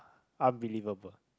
unbelievable